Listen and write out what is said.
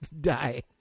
die